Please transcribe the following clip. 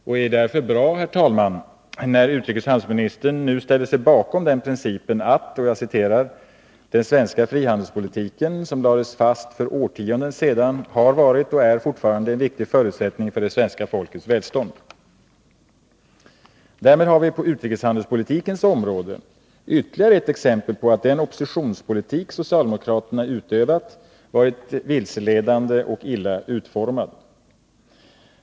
Det är därför bra när utrikesoch handelsminister Lennart Bodström nu ställer sig bakom principen: ”Den svenska handelspolitiken, som lades fast för årtionden sedan, har varit och är fortfarande en viktig förutsättning för det svenska folkets välstånd.” Därmed har vi på utrikeshandelspolitikens område ytterligare ett exempel på att den oppositionspolitik som socialdemokraterna har utövat varit vilseledande och illa utformad.